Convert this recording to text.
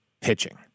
pitching